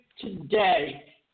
today